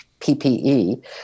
PPE